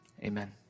Amen